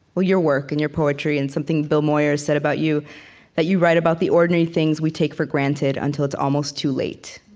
your work and your poetry, and something bill moyers said about you that you write about the ordinary things we take for granted until it's almost too late.